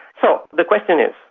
so, the question is,